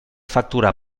factura